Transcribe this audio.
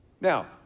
Now